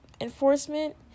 enforcement